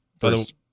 first